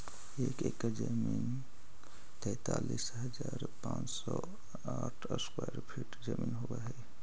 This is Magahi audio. एक एकड़ जमीन तैंतालीस हजार पांच सौ साठ स्क्वायर फीट जमीन होव हई